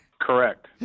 Correct